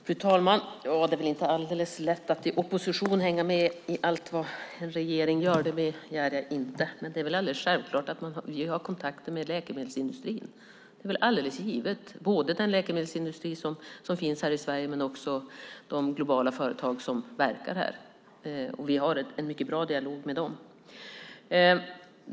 Fru talman! Det är väl inte alldeles lätt att i opposition hänga med i allt vad regeringen gör. Det begär jag inte. Men det är alldeles självklart att vi har kontakter med läkemedelsindustrin, både den läkemedelsindustri som finns här i Sverige och de globala företag som verkar här. Vi har en mycket bra dialog med dem.